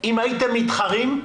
אם הייתם מתחרים,